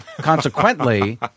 consequently